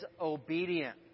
obedient